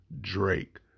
Drake